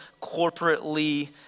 corporately